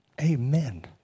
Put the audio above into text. amen